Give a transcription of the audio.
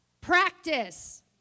Practice